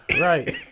right